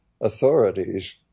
authorities